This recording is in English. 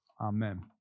Amen